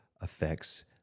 affects